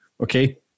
Okay